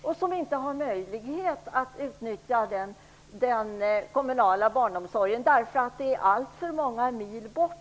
De har i dag inte möjlighet att utnyttja den kommunala barnomsorgen, därför att den finns alltför många mil bort.